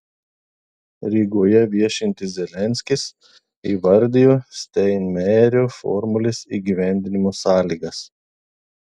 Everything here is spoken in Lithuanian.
rygoje viešintis zelenskis įvardijo steinmeierio formulės įgyvendinimo sąlygas